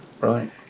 Right